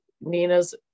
Nina's